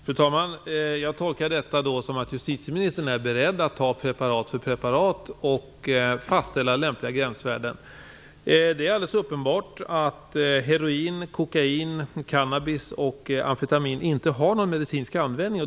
Fru talman! Jag tolkar detta som att justitieministern är beredd att fastställa lämpliga gränsvärden preparat för preparat. Det är alldeles uppenbart att heroin, kokain, cannabis och amfetamin inte har någon medicinska användning.